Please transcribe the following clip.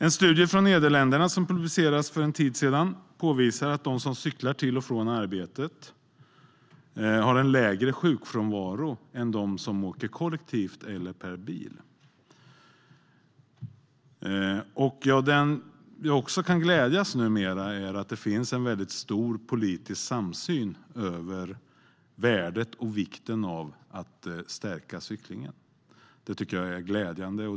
En studie från Nederländerna som publicerades för en tid sedan påvisar att de som cyklar till och från arbetet har en lägre sjukfrånvaro än de som åker kollektivt eller per bil. Det finns en väldigt stor politisk samsyn om värdet och vikten av stärka cyklingen. Det tycker jag är glädjande.